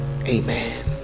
Amen